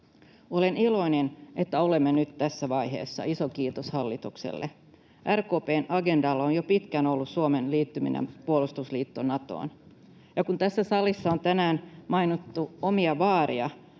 Olen iloinen, että olemme nyt tässä vaiheessa, iso kiitos hallitukselle. RKP:n agendalla on jo pitkään ollut Suomen liittyminen puolustusliitto Natoon. Ja kun tässä salissa on tänään mainittu omia vaareja,